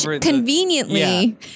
conveniently